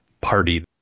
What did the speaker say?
party